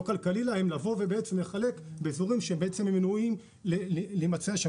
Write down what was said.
כלכלי להם לבוא ולחלק באזורים שהם מנועים מלהימצא שם.